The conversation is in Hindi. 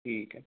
ठीक है